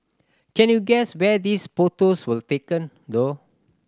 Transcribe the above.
can you guess where these photos were taken though